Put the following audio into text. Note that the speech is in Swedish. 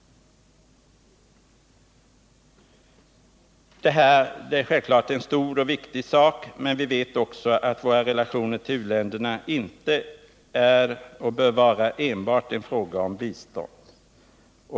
Detta är en stor och viktig sak. Men vi vet också att våra relationer till uländerna inte är och bör vara enbart en fråga om bistånd.